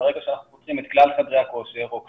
ברגע שאנחנו פותחים את כלל חדרי הכושר ואת